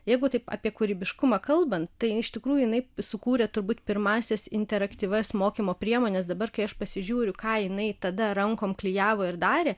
jeigu taip apie kūrybiškumą kalbant tai iš tikrųjų jinai sukūrė turbūt pirmąsias interaktyvias mokymo priemones dabar kai aš pasižiūriu ką jinai tada rankom klijavo ir darė